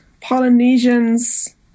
Polynesians